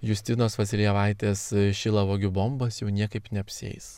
justinos vasiljevaitės šilauogių bombos jau niekaip neapsieis